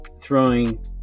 throwing